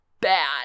bad